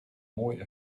mooi